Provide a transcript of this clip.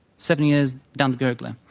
seven years downthe gurgler.